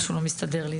משהו לא מסתדר לי.